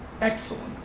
Excellent